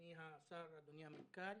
אדוני השר, אדוני המנכ"ל,